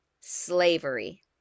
Slavery